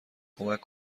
کمک